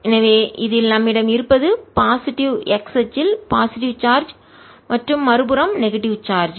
எனவே இதில் நம்மிடம் இருப்பது பாசிட்டிவ் நேர்மறை x அச்சில் பாசிட்டிவ் நேர்மறை சார்ஜ் மற்றும் மறுபுறம் நெகட்டிவ் எதிர்மறை சார்ஜ்